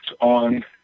on